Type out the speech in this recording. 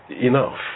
enough